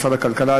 משרד הכלכלה,